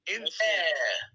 Insane